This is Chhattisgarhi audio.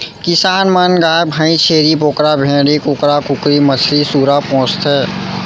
किसान मन गाय भईंस, छेरी बोकरा, भेड़ी, कुकरा कुकरी, मछरी, सूरा पोसथें